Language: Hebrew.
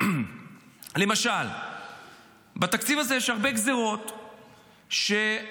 למשל בתקציב הזה יש הרבה גזרות שנוגעות